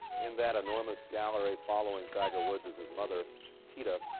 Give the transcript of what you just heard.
in that enormous gallery following tiger woods is his mother kultida.